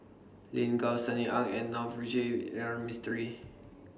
Lin Gao Sunny Ang and Navroji R Mistri